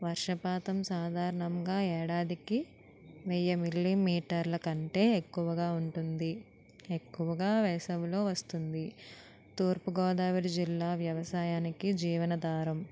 వర్షపాతం సాధారణంగా ఏడాదికి వెయ్యి మిల్లీ మీటర్ల కంటే ఎక్కువగా ఉంటుంది ఎక్కువగా వేసవిలో వస్తుంది తూర్పుగోదావరి జిల్లా వ్యవసాయానికి జీవనదారం